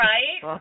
Right